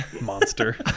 Monster